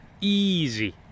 Easy